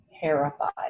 terrified